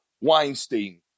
Weinstein